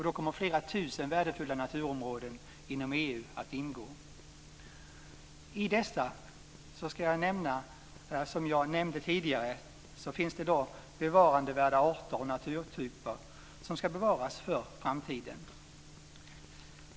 Då kommer flera tusen värdefulla naturområden inom EU att ingå. I dessa finns det i dag, som jag nämnde tidigare, bevarandevärda arter och naturtyper som ska bevaras för framtiden.